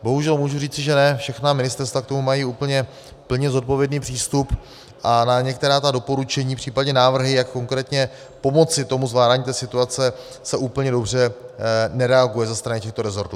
Bohužel můžu říci, že ne všechna ministerstva k tomu mají úplně plně zodpovědný přístup a na některá doporučení případně návrhy, jak konkrétně pomoci tomu zvládání situace, se úplně dobře nereaguje ze strany těchto rezortů.